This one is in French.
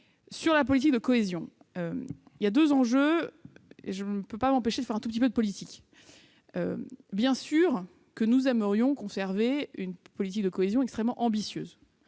de la politique de cohésion, il y a deux enjeux, et je ne peux pas m'empêcher de faire un peu de politique ... Bien évidemment, nous aimerions conserver une politique de cohésion extrêmement ambitieuse-